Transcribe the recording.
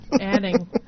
Adding